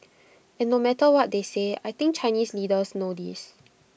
and no matter what they may say I think Chinese leaders know this